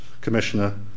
commissioner